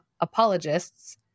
apologists